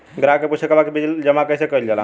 ग्राहक के पूछे के बा की बिल जमा कैसे कईल जाला?